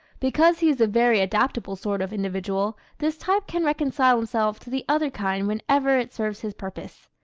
because he is a very adaptable sort of individual this type can reconcile himself to the other kind whenever it serves his purpose.